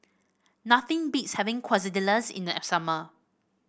nothing beats having Quesadillas in the summer